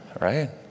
right